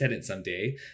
someday